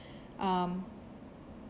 um